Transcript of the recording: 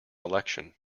election